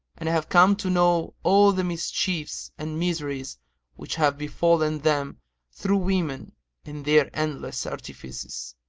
and have come to know all the mischiefs and miseries which have befallen them through women and their endless artifices.